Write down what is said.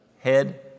Head